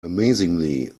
amazingly